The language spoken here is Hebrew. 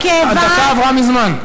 הדקה עברה מזמן.